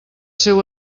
seu